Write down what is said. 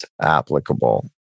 applicable